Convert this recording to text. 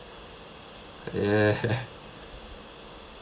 ya